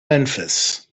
memphis